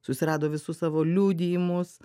susirado visus savo liudijimus